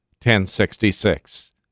1066